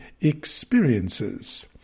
experiences